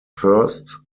first